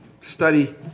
Study